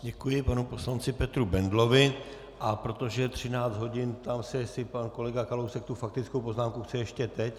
Děkuji panu poslanci Petru Bendlovi, a protože je 13 hodin, ptám se, jestli pan kolega Kalousek tu faktickou poznámku chce ještě teď.